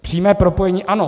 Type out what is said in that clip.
Přímé propojení ano.